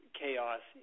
chaos